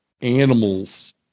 animals